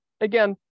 again